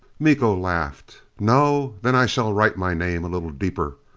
miko laughed. no? then i shall write my name a little deeper.